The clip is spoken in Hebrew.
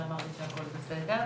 כל הנושא של בינה מלאכותית של ....